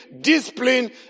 discipline